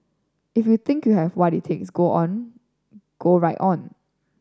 if you think you have what it takes go on go right on